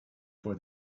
for